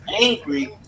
angry